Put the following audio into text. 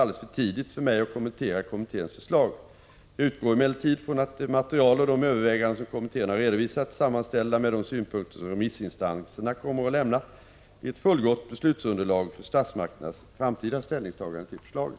Anser justitieministern, mot bakgrund av vad som framkommit, att kommitténs förslag i denna del kan ligga till grund för den framtida åklagarorganisationen i området?